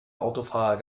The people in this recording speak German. autofahrer